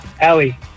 Allie